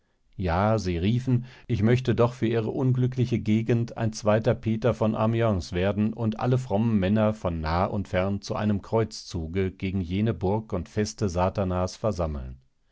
ja sie riefen ich möchte doch für ihre unglückliche gegend ein zweiter peter von amiens werden und alle frommen männer von nah und fern zu einem kreuzzuge gegen jene burg und feste satanas versammeln